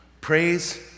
Praise